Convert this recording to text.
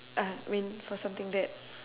uh I mean for something that